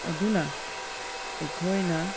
ꯑꯗꯨꯅ ꯑꯩꯈꯣꯏꯅ